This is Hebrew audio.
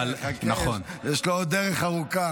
אפשר את זה בקריאה השנייה והשלישית.